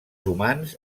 humans